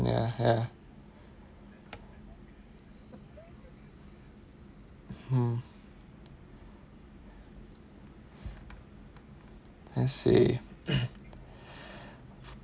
ya ya mm I see